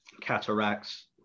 cataracts